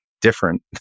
different